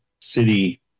city